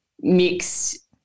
mixed